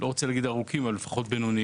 אני לא רוצה להגיד ארוכים אבל שלוקח זמן.